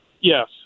Yes